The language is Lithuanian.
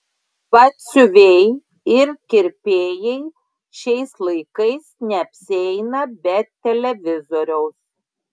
batsiuviai ir kirpėjai šiais laikais neapsieina be televizoriaus